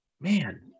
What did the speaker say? man